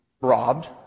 robbed